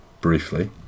briefly